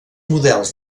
models